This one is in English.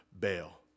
bail